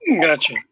gotcha